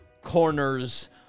corners